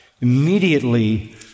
immediately